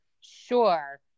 sure